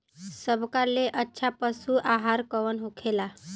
सबका ले अच्छा पशु आहार कवन होखेला?